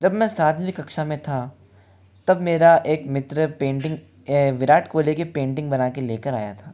जब मैं सातवीं कक्षा में था तब मेरा एक मित्र पेंटिंग विराट कोहली की पेंटिंग बनाकर लेकर आया था